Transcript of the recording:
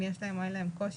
אם יש להם או אין להם קושי.